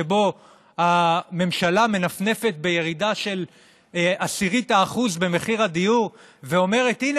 שבו הממשלה מנפנפת בירידה של 0.1% במחיר הדיור ואומרת: הינה,